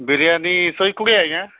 ବିରିୟାନୀ ଶହେ କୋଡ଼ିଏ ଆଜ୍ଞା